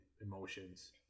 emotions